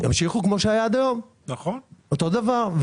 ימשיכו כמו שהיה עד היום; אותו הדבר.